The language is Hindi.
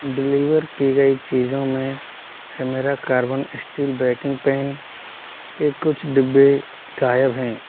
डिलीवर कि गई चीज़ों में Femora carbon steel baking pan के कुछ डब्बे गायब हैं